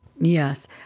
Yes